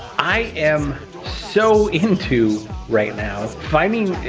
i am so into, right now, finding,